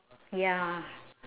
ya